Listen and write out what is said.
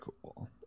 cool